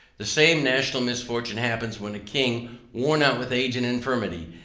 the same national misfortune happens, when a king worn out with age and infirmity,